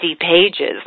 pages